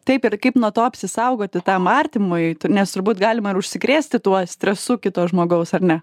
taip ir kaip nuo to apsisaugoti tam artimui nes turbūt galima ir užsikrėsti tuo stresu kito žmogaus ar ne